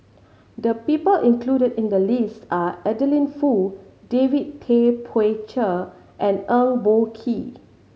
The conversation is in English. the people included in the list are Adeline Foo David Tay Poey Cher and Eng Boh Kee